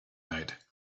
night